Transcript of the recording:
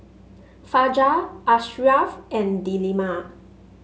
Fajar Ashraff and Delima